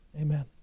Amen